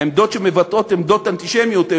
העמדות שמבטאות עמדות אנטישמיות,